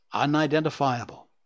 unidentifiable